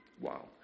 Wow